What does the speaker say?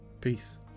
peace